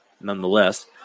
nonetheless